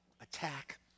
attack